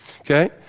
Okay